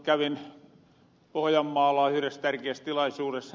kävin pohjanmaalla yhres tärkiäs tilaisuures